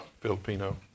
Filipino